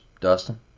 Dustin